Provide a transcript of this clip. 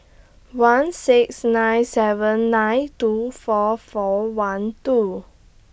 one six nine seven nine two four four one two